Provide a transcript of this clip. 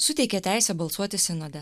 suteikė teisę balsuoti sinode